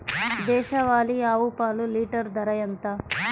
దేశవాలీ ఆవు పాలు లీటరు ధర ఎంత?